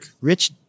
Rich